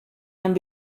and